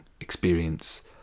experience